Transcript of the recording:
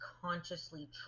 consciously